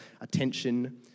attention